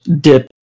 dip